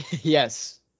Yes